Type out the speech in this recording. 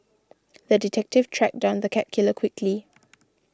the detective tracked down the cat killer quickly